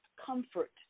comfort